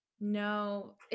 No